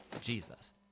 Jesus